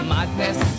Madness